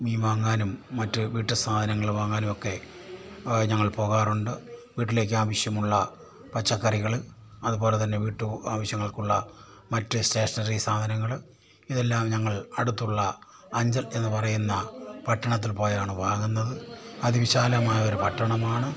മീൻ വാങ്ങാനും മ വീട്ടു സാധനങ്ങൾ വാങ്ങാനും ഒക്കെ ഞങ്ങൾ പോകാറുണ്ട് വീട്ടിലേക്ക് ആവശ്യമുള്ള പച്ചക്കറികൾ അതുപോലെതന്നെ വിട്ടു ആവശ്യങ്ങൾക്കുള്ള മറ്റു സ്റ്റേഷനറി സാധനങ്ങൾ ഇതെല്ലാം ഞങ്ങൾ അടുത്തുള്ള അഞ്ചൽ എന്നു പറയുന്ന പട്ടണത്തിൽ പോയാണ് വാങ്ങുന്നത് അതിവിശാലമായൊരു പട്ടണമാണ്